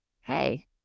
hey